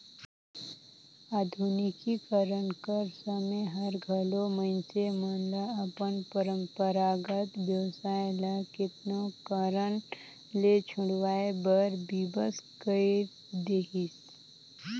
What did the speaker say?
आधुनिकीकरन कर समें हर घलो मइनसे मन ल अपन परंपरागत बेवसाय ल केतनो कारन ले छोंड़वाए बर बिबस कइर देहिस